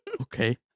Okay